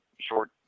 short –